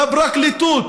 לפרקליטות